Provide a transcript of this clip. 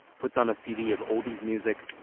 puts on a cd of oldies music,